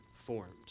formed